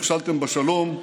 נכשלתם בשלום.